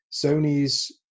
sony's